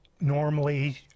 normally